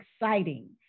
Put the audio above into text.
exciting